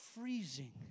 freezing